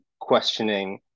questioning